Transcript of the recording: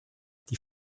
die